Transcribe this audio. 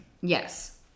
Yes